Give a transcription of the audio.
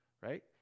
right